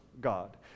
God